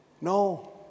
No